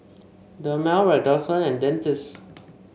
Dermale Redoxon and Dentiste